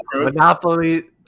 Monopoly